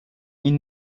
ihnen